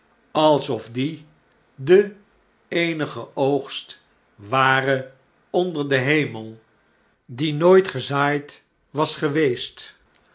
alsof die de eenige oogst ware onder den btemel die nooit gezaaid was geweest